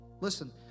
Listen